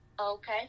Okay